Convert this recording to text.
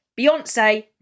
Beyonce